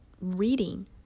reading